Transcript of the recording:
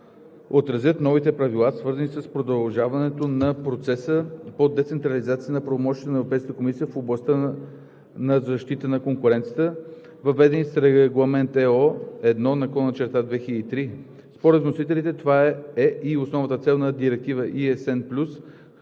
отразят новите правила, свързани с продължаването на процеса по децентрализация на правомощията на Европейската комисия в областта на защита на конкуренцията, въведени с Регламент (ЕО) 1/2003. Според вносителите това е и основната цел на Директива ECN+,